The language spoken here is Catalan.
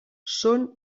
són